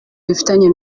dufitanye